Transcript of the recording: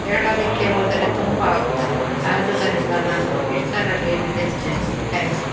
ಹೇಳಲಿಕ್ಕೆ ಹೋದರೆ ತುಂಬ ಆಗುತ್ತದೆ ಆದುದರಿಂದ ನಾನು ಇಷ್ಟರಲ್ಲಿ ನಿಲ್ಲಿಸ್ತೇನೆ ಥ್ಯಾಂಕ್ ಯು